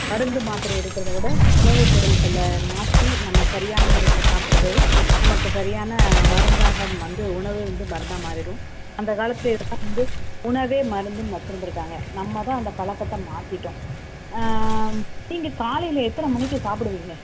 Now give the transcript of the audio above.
மருந்து மாத்திரைய எடுக்கிறத விட உணவுப்பொருள்களை மாற்றி நம்ம சரியான முறையில் சாப்பிட்றது நமக்கு சரியான மருந்தாக வந்து உணவு வந்து மருந்தாக மாறிவிடும் அந்தக்காலத்தில் இதெலாம் வந்து உணவே மருந்துன்னு வச்சுருந்துருக்காங்க நம்ம தான் அந்த பழக்கத்த மாற்றிட்டோம் நீங்கள் காலையில் எத்தனை மணிக்கு சாப்பிடுவீங்க